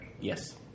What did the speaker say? yes